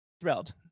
thrilled